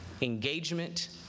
engagement